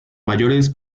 mayores